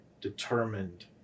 determined